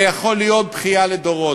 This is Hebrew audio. זה יכול להיות בכייה לדורות.